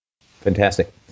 Fantastic